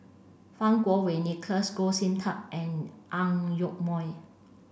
Fang Kuo Wei Nicholas Goh Sin Tub and Ang Yoke Mooi